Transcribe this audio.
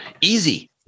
Easy